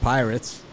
Pirates